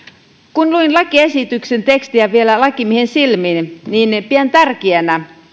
kun luin lakiesityksen tekstiä vielä lakimiehen silmin niin niin pidän tärkeänä